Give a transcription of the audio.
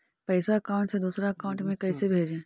पैसा अकाउंट से दूसरा अकाउंट में कैसे भेजे?